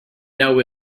know